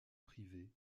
privée